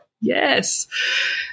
yes